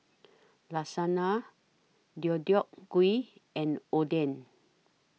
Lasagna Deodeok Gui and Oden